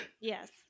Yes